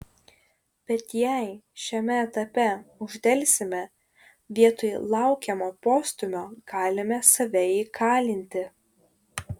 bet jei šiame etape uždelsime vietoj laukiamo postūmio galime save įkalinti